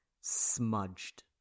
smudged